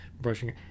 brushing